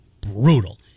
brutal